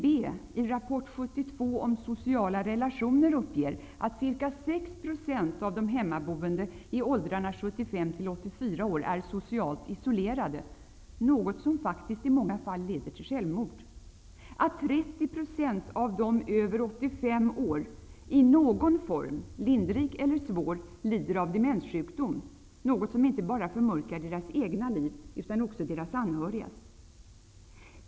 Hur många vet att 30 % av dem som är över 85 år lider av någon form av demenssjukdom, något som inte bara förmörkar deras egna liv utan också deras anhörigas.